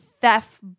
theft